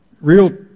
real